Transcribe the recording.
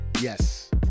Yes